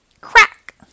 Crack